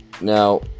Now